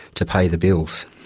to pay the bills.